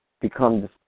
become